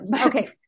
okay